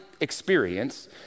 Experience